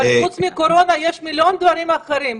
אבל חוץ מהקורונה יש מיליון דברים אחרים.